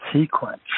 sequence